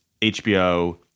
HBO